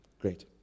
great